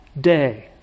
day